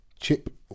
Chip